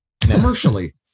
commercially